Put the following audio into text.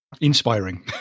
Inspiring